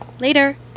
Later